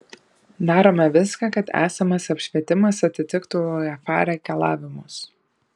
darome viską kad esamas apšvietimas atitiktų uefa reikalavimus